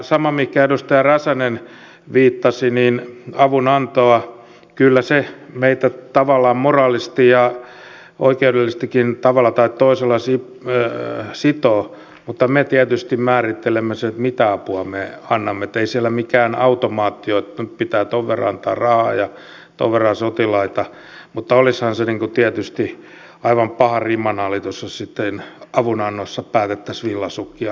sama mihin edustaja räsänen viittasi avunantoon niin kyllä se meitä tavallaan moraalisesti ja oikeudellisestikin tavalla tai toisella sitoo mutta me tietysti määrittelemme sen mitä apua me annamme että ei siellä mikään automaatti ole että nyt pitää tuon verran antaa rahaa ja tuon verran sotilaita mutta olisihan se tietysti aivan paha rimanalitus jos sitten avunannossa päätettäisiin villasukkia lähettää